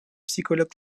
psychologue